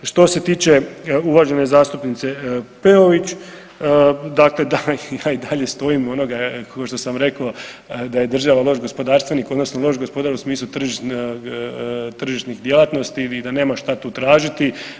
Što se tiče uvažene zastupnice Peović, dakle ja i dalje stojim do onoga ko što sam rekao da je država loš gospodarstvenik odnosno loš gospodar u smislu tržišnih djelatnosti ili da nema šta tu tražiti.